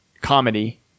comedy